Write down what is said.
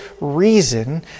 reason